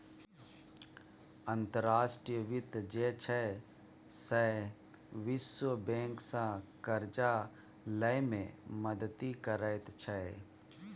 अंतर्राष्ट्रीय वित्त जे छै सैह विश्व बैंकसँ करजा लए मे मदति करैत छै